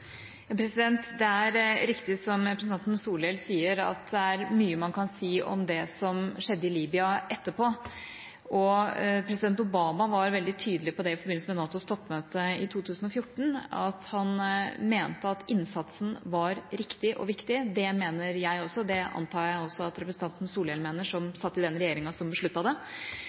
Det er riktig, som representanten Solhjell sier, at det er mye man kan si om det som skjedde i Libya etterpå. President Obama var i forbindelse med NATOs toppmøte i 2014 veldig tydelig på at han mente at innsatsen var riktig og viktig. Det mener jeg også. Det antar jeg også at representanten Solhjell mener, som satt i den regjeringa som besluttet det,